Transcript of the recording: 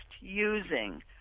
using